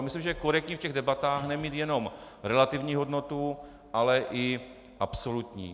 Myslím, že je korektní v těch debatách nemít jenom relativní hodnotu, ale i absolutní.